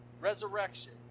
resurrection